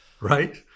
right